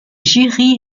jiří